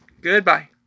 goodbye